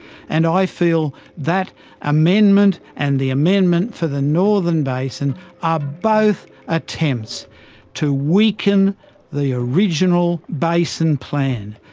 and i feel that amendment and the amendment for the northern basin are both attempts to weaken the original basin plan,